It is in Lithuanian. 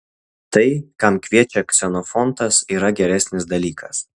tai kam kviečia ksenofontas yra geresnis dalykas